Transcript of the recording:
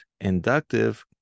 inductive